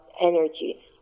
energy